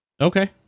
Okay